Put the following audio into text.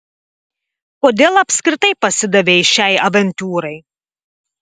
kodėl apskritai pasidavei šiai avantiūrai